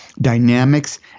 dynamics